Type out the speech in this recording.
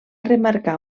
remarcar